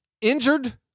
injured